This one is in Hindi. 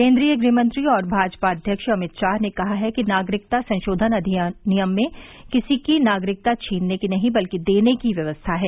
केंद्रीय गृहमंत्री और भाजपा अध्यक्ष अमित शाह ने कहा है कि नागरिकता संशोधन अधिनियम में किसी की नागरिकता छीनने की नहीं बल्कि देने की व्यवस्था है